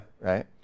right